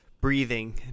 breathing